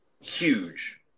huge